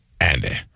Andy